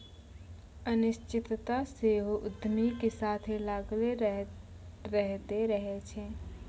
अनिश्चितता सेहो उद्यमिता के साथे लागले अयतें रहै छै